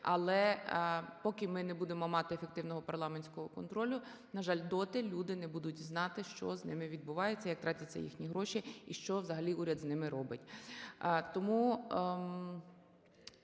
Але, поки ми не будемо мати ефективного парламентського контролю, на жаль, доти люди не будуть знати, що з ними відбувається, як витрачаються їхні гроші і що взагалі уряд з ними робить. Тому